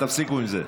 תפסיקו עם זה.